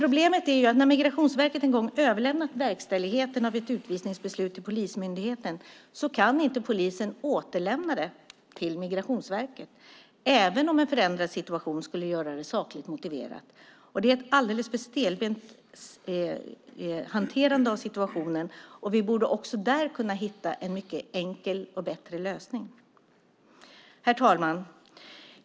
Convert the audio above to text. Problemet är att när Migrationsverket en gång överlämnat verkställigheten av ett utvisningsbeslut till polismyndigheten kan inte polisen återlämna det till Migrationsverket, även om en förändrad situation skulle göra det sakligt motiverat. Det är ett alldeles för stelbent hanterande av situationen. Vi borde också där kunna hitta en mycket enklare och bättre lösning. Herr talman!